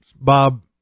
Bob